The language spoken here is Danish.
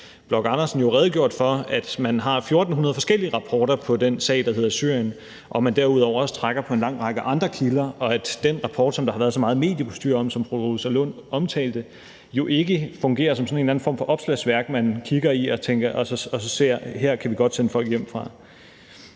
Bloch Andersen, jo redegjort for, at man har 1.400 forskellige rapporter i den sag, der hedder Syrien, at man derudover også trækker på en række andre kilder, og at den rapport, som der har været så meget mediepostyr om, og som fru Rosa Lund omtalte, jo ikke fungerer som sådan en eller anden form for opslagsværk, man kigger i og så ser: Her kan vi godt sende folk hjem til.